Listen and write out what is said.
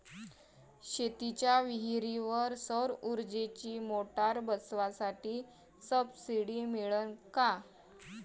शेतीच्या विहीरीवर सौर ऊर्जेची मोटार बसवासाठी सबसीडी मिळन का?